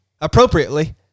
appropriately